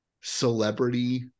celebrity